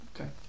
Okay